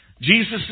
Jesus